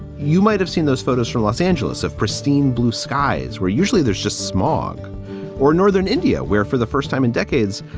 you might have seen those photos from los angeles of pristine blue skies where usually there's just smog or northern india, where for the first time in decades,